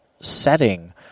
setting